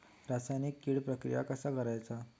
रासायनिक कीड प्रक्रिया कसा करायचा?